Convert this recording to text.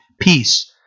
peace